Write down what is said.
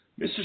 Mr